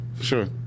sure